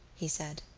he said.